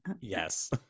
yes